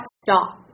stop